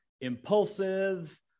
impulsive